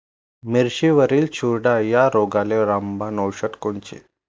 मिरचीवरील चुरडा या रोगाले रामबाण औषध कोनचे?